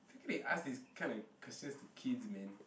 how can they ask this kinda questions to kids man